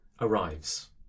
arrives